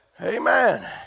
Amen